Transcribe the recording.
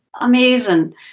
Amazing